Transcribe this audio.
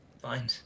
fine